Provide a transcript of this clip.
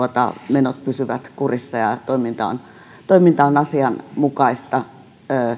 menot pysyvät kurissa ja toiminta toiminta on asianmukaista